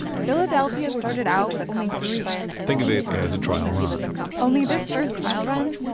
philadelphia started out with only three think of it as a trial run only this first trial run,